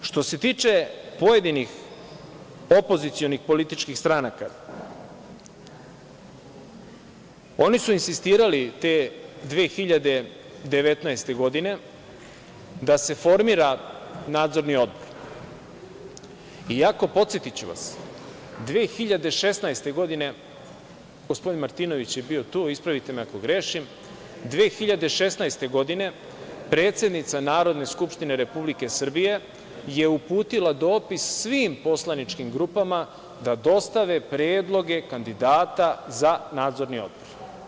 Dakle, što se tiče pojedinih opozicionih političkih stranaka, oni su insistirali te 2019. godine da se formira Nadzorni odbor, iako, podsetiću vas, 2016. godine, gospodin Martinović je bio tu, ispravite me ako grešim, 2016. godine predsednica Narodne skupštine Republike Srbije je uputila dopis svim poslaničkim grupama da dostave predloge kandidata za Nadzorni odbor.